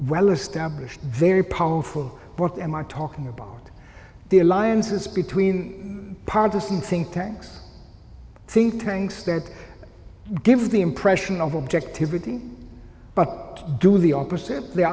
well established very powerful what am i talking about the alliances between partisan think tanks think tanks that give the impression of objectivity but do the opposite they